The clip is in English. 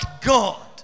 God